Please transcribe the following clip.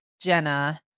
Jenna